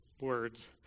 words